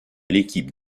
l’équipe